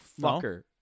fucker